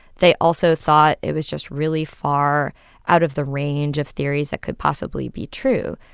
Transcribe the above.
they also thought it was just really far out of the range of theories that could possibly be true,